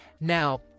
now